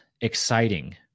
exciting